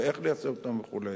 ואיך ליישם אותם וכו'.